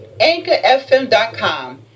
anchorfm.com